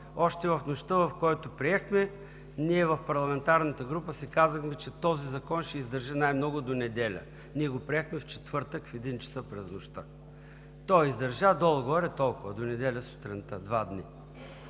още в нощта, в която го приехме, ние в парламентарната група си казахме, че този закон ще издържи най-много до неделя. Ние го приехме в четвъртък, в 1,00 ч. през нощта. Той издържа горе-долу толкова, до неделя сутринта – два дни.